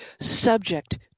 subject